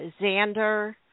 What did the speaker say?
Xander